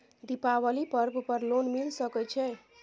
दीपावली पर्व पर लोन मिल सके छै?